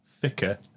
thicker